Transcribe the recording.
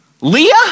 Leah